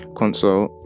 console